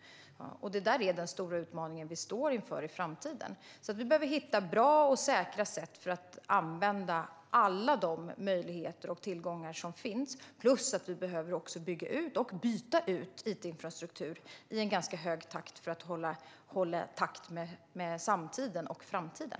Det är den stora utmaning vi står inför i framtiden. Vi behöver hitta bra och säkra sätt för att använda alla de möjligheter och tillgångar som finns. Vi behöver dessutom bygga ut och byta ut it-infrastruktur i en hög takt för att hålla takt med samtiden och framtiden.